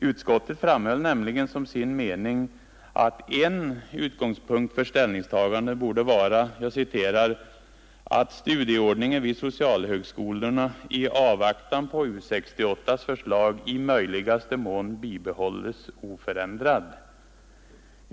Utskottet framhöll nämligen som sin mening att en utgångspunkt för ställningstagandet borde vara ”att studieordningen vid socialhögskolorna i avvaktan på U 68:s förslag i möjligaste mån bibehålls oförändrad”.